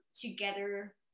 together